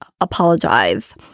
apologize